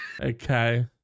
Okay